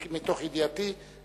מתוך ידיעתי.